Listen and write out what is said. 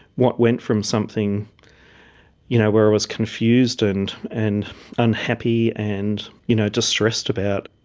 what went from something you know where i was confused and and unhappy and you know distressed about,